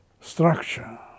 structure